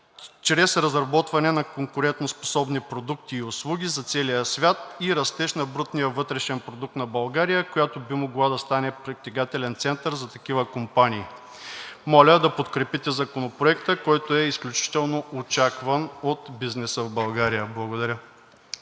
чрез разработване на конкурентоспособни продукти и услуги за целия свят и растеж на брутния вътрешен продукт на България, която би могла да стане притегателен център за такива компании. Моля да подкрепите Законопроекта, който е изключително очакван от бизнеса в България. Благодаря.